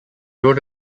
rode